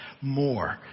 more